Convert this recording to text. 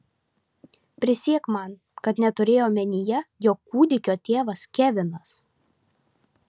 prisiek man kad neturėjai omenyje jog kūdikio tėvas kevinas